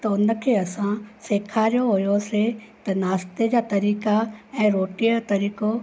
त हुनखे असां सेखारियो वियोसीं त नाश्ते जा तरीका ऐं रोटीअ जो तरीको